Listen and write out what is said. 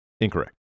Incorrect